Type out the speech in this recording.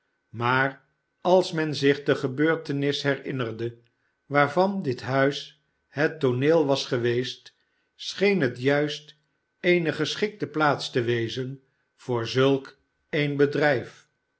maar als men zich de gebeurtenis herinnerde waarvan dit huis het tooneel was geweest scheen het juist eene geschikte plaats te wezen voor zulk een bedrijf